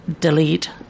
delete